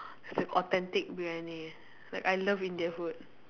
it's the authentic Briyani like I love India food